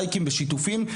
לייקים ושיתופים,